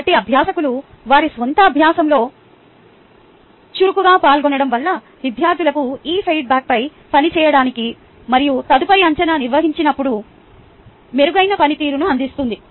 కాబట్టి అభ్యాసకులు వారి స్వంత అభ్యాసంలో చురుకుగా పాల్గొనడం వల్ల విద్యార్థులకు ఆ ఫీడ్బ్యాక్పై పని చేయడానికి మరియు తదుపరి అంచనా నిర్వహించినప్పుడు మెరుగైన పనితీరును అందిస్తుంది